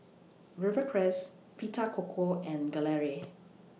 Rivercrest Vita Coco and Gelare